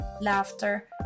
laughter